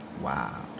Wow